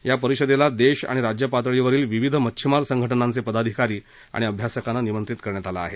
या परिषदेला देश आणि राज्य पातळीवरील विविध मच्छिमार संघटनांचे पदाधिकारी अभ्यासकाना निमंत्रित करण्यात येणार आहे